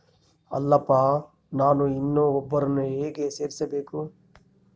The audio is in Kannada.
ಅಲ್ಲಪ್ಪ ನಾನು ಇನ್ನೂ ಒಬ್ಬರನ್ನ ಹೇಗೆ ಸೇರಿಸಬೇಕು?